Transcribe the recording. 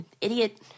Idiot